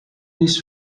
this